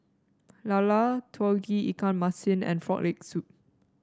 lala Tauge Ikan Masin and Frog Leg Soup